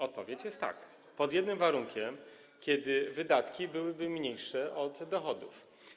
Odpowiedź: tak, pod jednym warunkiem - że wydatki byłyby mniejsze od dochodów.